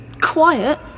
quiet